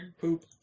Poop